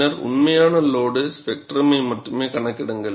பின்னர் உண்மையான லோடு ஸ்பெக்ட்ரமை மட்டுமே கணக்கிடுங்கள்